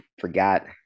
forgot